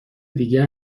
دیگه